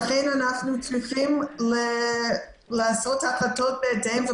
צריכים לעשות החלטות בהתאם,